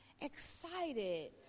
excited